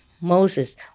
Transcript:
Moses